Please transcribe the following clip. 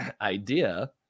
idea